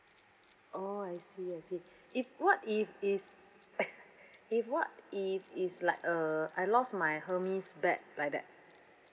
oh I see I see if what if is if what if is like uh I lost my hermes bag like that